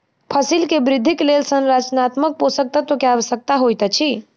फसिल के वृद्धिक लेल संरचनात्मक पोषक तत्व के आवश्यकता होइत अछि